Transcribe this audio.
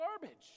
garbage